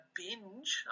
binge